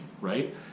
right